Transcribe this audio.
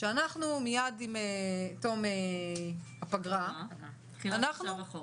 שאנחנו מיד עם תום הפגרה --- תחילת מושב החורף.